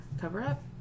cover-up